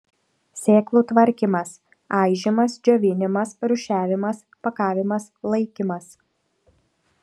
sėklų tvarkymas aižymas džiovinimas rūšiavimas pakavimas laikymas